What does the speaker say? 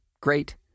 great